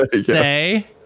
say